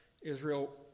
Israel